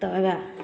तऽ वएह